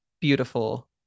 beautiful